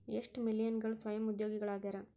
ಎಷ್ಟ ಮಿಲೇನಿಯಲ್ಗಳ ಸ್ವಯಂ ಉದ್ಯೋಗಿಗಳಾಗ್ಯಾರ